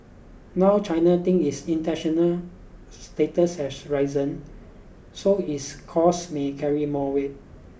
now China thinks its international status has risen so its calls may carry more weight